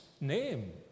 name